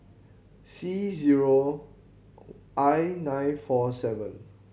C zero I nine four seven